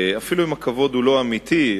אפילו אם הכבוד הוא לא אמיתי,